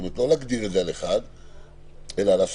לא להגדיר את זה על אחד,